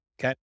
Okay